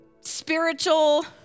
spiritual